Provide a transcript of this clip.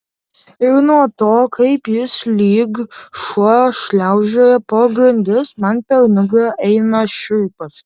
ir nuo to kaip jis lyg šuo šliaužioja po grindis man per nugarą eina šiurpas